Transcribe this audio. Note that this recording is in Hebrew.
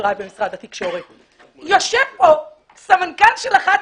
חבריי בפורומים של האינטרנט, שקפצתם כנשוכי